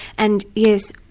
and yes,